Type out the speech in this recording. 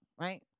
right